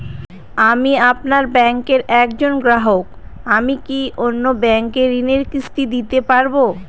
আমি আপনার ব্যাঙ্কের একজন গ্রাহক আমি কি অন্য ব্যাঙ্কে ঋণের কিস্তি দিতে পারবো?